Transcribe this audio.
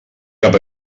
cap